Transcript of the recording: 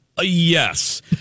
Yes